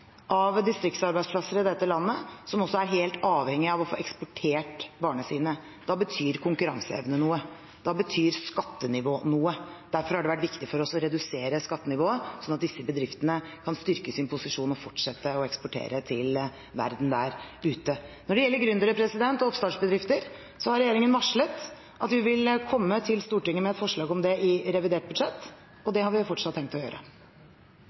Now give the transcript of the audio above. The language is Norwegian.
av distriktsarbeidsplasser i dette landet som er helt avhengige av å få eksportert varene sine. Da betyr konkurranseevne noe. Da betyr skattenivå noe. Derfor har det vært viktig for oss å redusere skattenivået, slik at disse bedriftene kan styrke sin posisjon og fortsette å eksportere til verden der ute. Når det gjelder gründere og oppstartsbedrifter, har regjeringen varslet at vi vil komme til Stortinget med et forslag om det i revidert budsjett. Det har vi fortsatt tenkt å gjøre.